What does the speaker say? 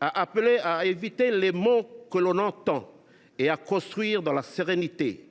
à éviter les mots que l’on entend et à construire dans la sérénité.